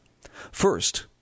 First